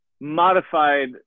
modified